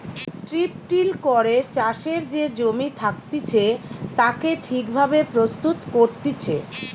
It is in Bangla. স্ট্রিপ টিল করে চাষের যে জমি থাকতিছে তাকে ঠিক ভাবে প্রস্তুত করতিছে